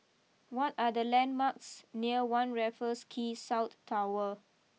what are the landmarks near one Raffles Quay South Tower